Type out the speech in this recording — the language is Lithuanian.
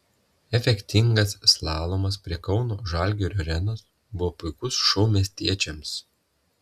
efektingas slalomas prie kauno žalgirio arenos buvo puikus šou miestiečiams